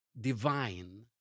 divine